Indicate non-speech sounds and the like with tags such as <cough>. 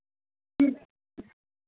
<unintelligible>